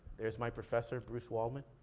there's my professor, bruce walman.